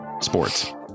Sports